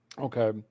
Okay